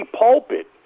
pulpit